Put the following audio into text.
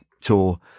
tour